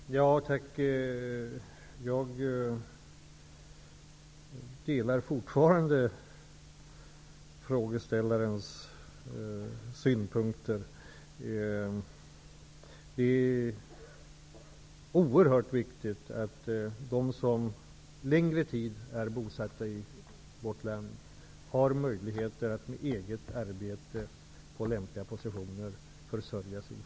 Herr talman! Ja, tack för det! Jag måste säga att jag fortfarande har samma synpunkter som frågeställaren. Det är oerhört viktigt att de som under en längre tid varit bosatta i vårt land har möjligheter att med eget arbete på lämpliga positioner försörja sig.